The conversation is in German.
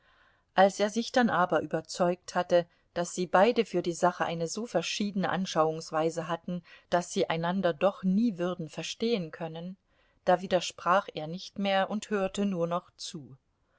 als er sich dann aber überzeugt hatte daß sie beide für die sache eine so verschiedene anschauungsweise hatten daß sie einander doch nie würden verstehen können da widersprach er nicht mehr und hörte nur noch zu